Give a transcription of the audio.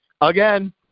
Again